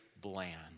bland